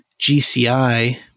GCI